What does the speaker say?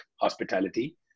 hospitality